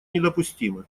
недопустимы